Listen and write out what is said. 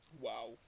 Wow